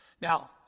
Now